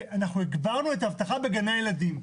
הגברנו את האבטחה בגני הילדים.